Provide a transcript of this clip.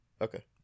Okay